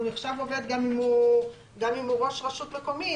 הוא נחשב עובד גם אם הוא ראש רשות מקומית